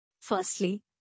Firstly